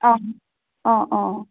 অঁ অঁ অঁ